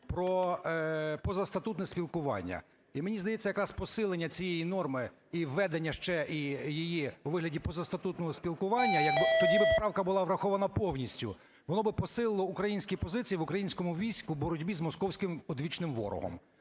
Про позастатутне спілкування. І мені здається, якраз посилення цієї норми і введення ще і її у вигляді позастатутного спілкування як би… тоді би правка була врахована повністю, воно би посилило українські позиції в українському війську в боротьбі з московським одвічним ворогом.